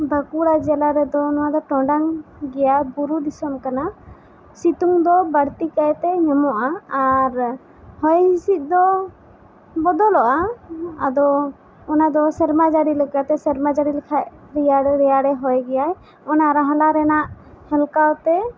ᱵᱟᱸᱠᱩᱲᱟ ᱡᱮᱞᱟ ᱨᱮᱫᱚ ᱱᱚᱣᱟ ᱫᱚ ᱴᱚᱰᱟᱝ ᱜᱮᱭᱟ ᱵᱩᱨᱩ ᱫᱤᱥᱚᱢ ᱠᱟᱱᱟ ᱥᱤᱛᱩᱝ ᱫᱚ ᱵᱟᱹᱲᱛᱤ ᱠᱟᱭ ᱛᱮ ᱧᱟᱢᱚᱜᱼᱟ ᱟᱨ ᱦᱚᱭ ᱦᱤᱥᱤᱫ ᱫᱚ ᱵᱚᱫᱚᱞᱚᱜᱼᱟ ᱟᱫᱚ ᱚᱱᱟᱫᱚ ᱥᱮᱨᱢᱟ ᱡᱟᱹᱲᱤ ᱞᱮᱠᱟᱛᱮ ᱥᱮᱨᱢᱟ ᱡᱟᱹᱲᱤ ᱞᱮᱠᱷᱟᱭ ᱨᱮᱭᱟᱲᱮ ᱨᱮᱭᱟᱲᱮ ᱦᱚᱭ ᱜᱮᱭᱟᱭ ᱚᱱᱟ ᱨᱟᱦᱞᱟ ᱨᱮᱱᱟᱜ ᱦᱮᱞᱠᱟᱣ ᱛᱮ